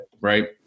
right